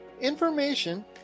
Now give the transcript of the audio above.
information